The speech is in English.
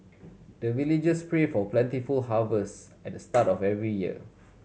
the villagers pray for plentiful harvest at the start of every year